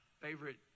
favorite